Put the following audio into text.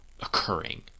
occurring